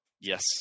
Yes